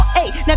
Now